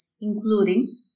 including